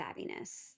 savviness